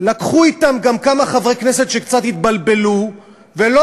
לקחו אתם גם כמה חברי כנסת שקצת התבלבלו ולא